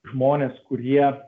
žmones kurie